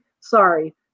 Sorry